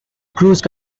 cruise